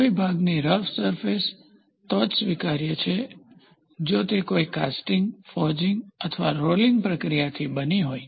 કોઈ ભાગની rough surface તો જ સ્વીકાર્ય છે જો તે કોઈ કાસ્ટિંગ ફોર્જિંગ અથવા રોલિંગ પ્રક્રિયા થી બની હોઈ